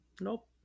Nope